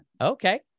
Okay